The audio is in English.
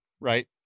right